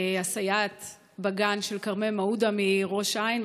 הסייעת בגן של כרמל מעודה מראש העין.